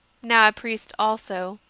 now a priest also,